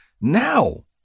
Now